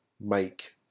make